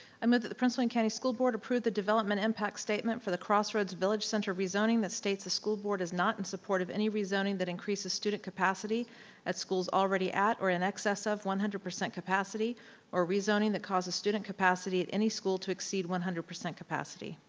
i move that the prince william county school board approve the development impact statement for the crossroads village center rezoning that states the school board is not in support of any rezoning that increases student capacity at schools already at or in excess of one hundred percent capacity or rezoning that causes student capacity at any school to exceed one hundred percent capacity.